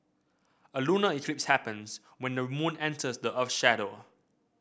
a lunar eclipse happens when the moon enters the earth's shadow